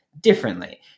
differently